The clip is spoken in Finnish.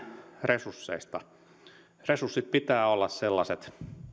resursseista resurssien pitää olla